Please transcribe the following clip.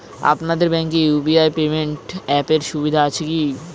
আপনাদের ব্যাঙ্কে UPI payment অ্যাপের সুবিধা আছে কি?